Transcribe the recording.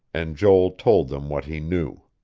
and joel told them what he knew.